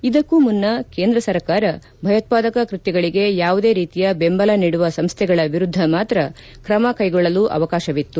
ಇದಕ್ಕೂ ಮುನ್ನ ಕೇಂದ್ರ ಸರ್ಕಾರ ಭಯೋತ್ವಾದಕ ಕೃತ್ಯಗಳಿಗೆ ಯಾವುದೇ ರೀತಿಯ ಬೆಂಬಲ ನೀಡುವ ಸಂಸ್ಥೆಗಳ ವಿರುದ್ಧ ಮಾತ್ರ ಕ್ರಮ ಕೈಗೊಳ್ಳಲು ಅವಕಾಶವಿತ್ತು